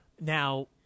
Now